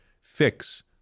fix